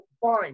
fine